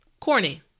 Corny